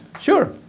sure